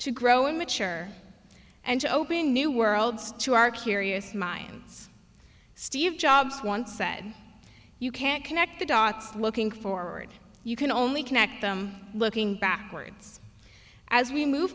to grow and mature and to open new worlds to our curious minds steve jobs once said you can't connect the dots looking forward you can only connect them looking backwards as we move